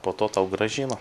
po to tau grąžina